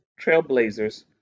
Trailblazers